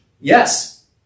Yes